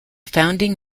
founding